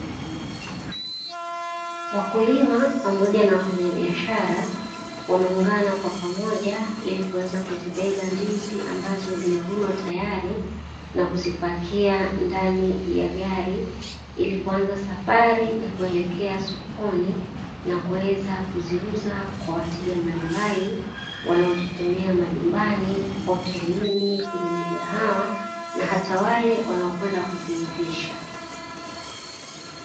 Wakulima pamoja na wafanyabiashara, wameungana kwa pamoja ili kuweza kubeba ndizi ambazo zimevunwa tayari na kuzipakia ndani ya gari ili kuanza safari ya kuelekea sokoni; na kuweza kuziuza kwa wateja mbalimbali wanaozitumia: majumbani, hotelini, kwenye migahawa, na hata wale wanaokwenda kuziivisha.